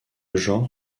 genre